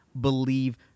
believe